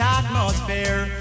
atmosphere